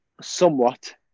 somewhat